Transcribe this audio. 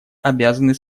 обязаны